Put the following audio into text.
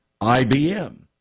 IBM